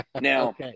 Now